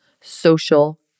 Social